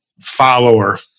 follower